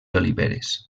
oliveres